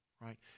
Right